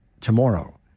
tomorrow